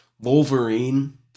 Wolverine